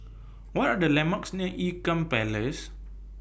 What Are The landmarks near Ean Kiam Place